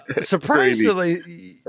Surprisingly